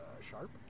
sharp